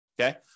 Okay